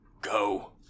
Go